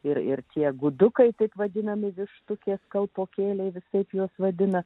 ir ir tie gudukai taip vadinami vištukės kalpokienė visaip juos vadina